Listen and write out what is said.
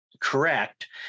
correct